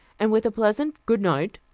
and with a pleasant goodnight,